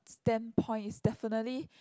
stand point it's definitely